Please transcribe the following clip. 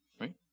right